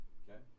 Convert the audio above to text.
okay